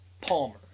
Palmer